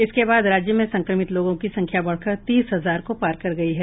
इसके बाद राज्य में संक्रमित लोगों की संख्या बढ़कर तीस हजार को पार कर गयी है